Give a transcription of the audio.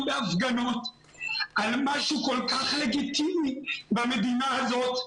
בהפגנות על משהו כל כך לגיטימי במדינה הזאת.